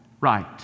right